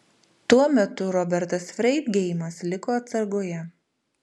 tuo metu robertas freidgeimas liko atsargoje